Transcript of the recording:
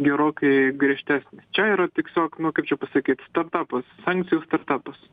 gerokai griežtesnis čia yra tiesiog nu kaip čia pasakyt startapas sankcijų startapas